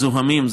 מזוהמים.